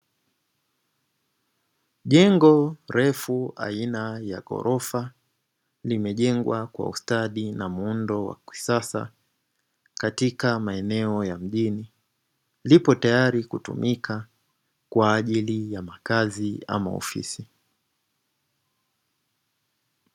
Jengo refu aina ya ghorofa, limejengwa kwa ustadi na muundo wa kisasa katika maeneo ya mjini. Lipo tayari kutumika kwa ajili ya makazi ama ofisi.